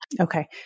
Okay